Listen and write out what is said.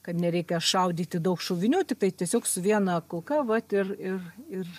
kad nereikia šaudyti daug šovinių tiktai tiesiog su viena kulka vat ir ir ir